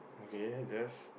okay yes